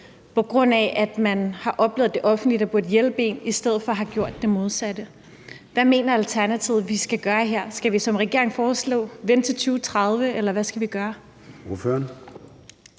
på grund af at man har oplevet, at det offentlige, som burde hjælpe en, i stedet for har gjort det modsatte. Hvad mener Alternativet vi skal gøre her? Skal vi, som regeringen foreslog, vente til 2030, eller hvad skal vi gøre?